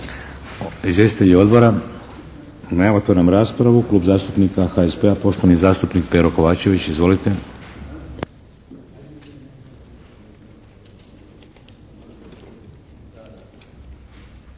Izvjestitelji odbora? Ne. Otvaram raspravu. Klub zastupnika HSP-a, poštovani zastupnik Pero Kovačević. Izvolite.